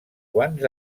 quants